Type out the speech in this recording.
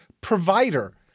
provider